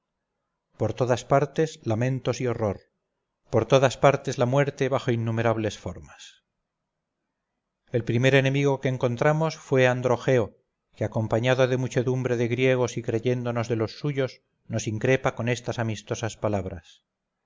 por todas partes lamentos y horror por todas partes la muerte bajo innumerables formas el primer enemigo que encontramos fue androgeo que acompañado de muchedumbre de griegos y creyéndonos de los suyos nos increpa con estas amistosas palabras